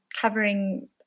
covering